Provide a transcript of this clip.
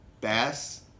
Bass